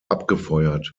abgefeuert